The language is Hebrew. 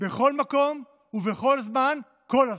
בכל מקום ובכל זמן, כל הזמן.